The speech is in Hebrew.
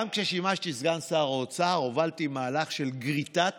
גם כששימשתי סגן שר האוצר הובלתי מהלך של גריטת